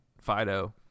Fido